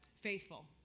faithful